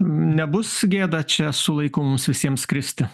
nebus gėda čia su laiku mums visiems skristi